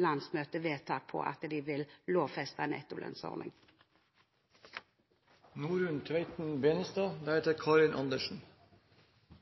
landsmøtevedtak på at de vil lovfeste